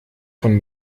von